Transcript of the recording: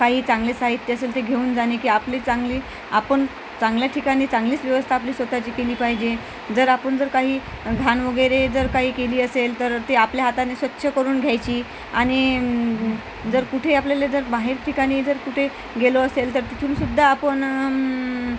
काही चांगले साहित्य असेल ते घेऊन जाणे की आपली चांगली आपण चांगल्या ठिकाणी चांगलीच व्यवस्था आपली स्वत ची केली पाहिजे जर आपण जर काही घाण वगैरे जर काही केली असेल तर ती आपल्या हाताने स्वच्छ करून घ्यायची आणि जर कुठे आपल्याला जर बाहेर ठिकाणी जर कुठे गेलो असेल तर तिथूनसुद्धा आपण